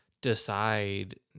decide